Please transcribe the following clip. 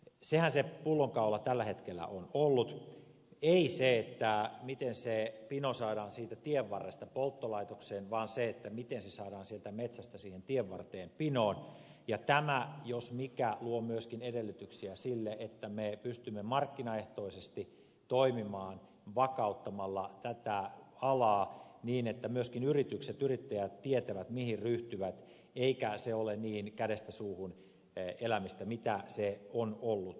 sehän se pullonkaula tällä hetkellä on ollut ei se miten se pino saadaan siitä tienvarresta polttolaitokseen vaan se miten se saadaan sieltä metsästä siihen tienvarteen pinoon ja tämä jos mikä luo myöskin edellytyksiä sille että me pystymme markkinaehtoisesti toimimaan vakauttamalla tätä alaa niin että myöskin yritykset yrittäjät tietävät mihin ryhtyvät eikä se ole niin kädestä suuhun elämistä kuin se on ollut